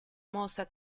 mossa